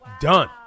done